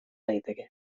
daiteke